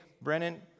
Brennan